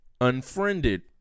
Unfriended